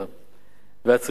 והצריכה,